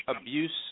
abuse